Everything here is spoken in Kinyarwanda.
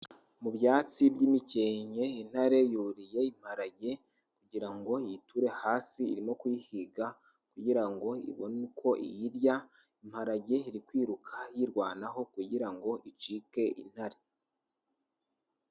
Mu byatsi by'imikenke, intare yuriye imparage kugira ngo iyiture hasi, irimo kuyihiga kugira ngo ibone uko iyirya, imparage iri kwiruka yirwanaho kugira ngo icike intare.